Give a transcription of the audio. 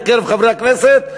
בקרב חברי הכנסת,